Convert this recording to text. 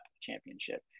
championship